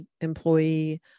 employee